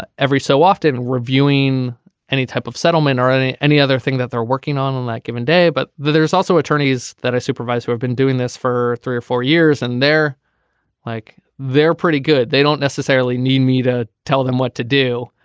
every so often and reviewing any type of settlement or any any other thing that they're working on on that given day. but there's also attorneys that are supervisor have been doing this for three or four years and they're like they're pretty good. they don't necessarily need me to tell them what to do.